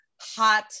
hot